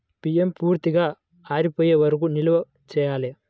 బియ్యం పూర్తిగా ఆరిపోయే వరకు నిల్వ చేయాలా?